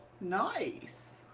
nice